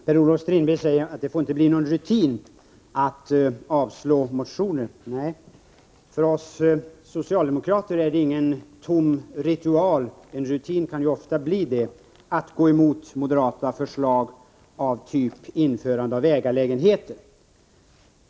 Herr talman! Per-Olof Strindberg säger att det inte får bli en rutin att avslå motioner. För oss socialdemokrater är det ingen tom ritual — en rutin kan ofta bli det — att vi går emot moderata förslag av typen införande av ägarlägenheter.